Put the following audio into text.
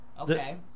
Okay